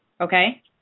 Okay